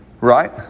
Right